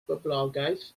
boblogaeth